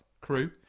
crew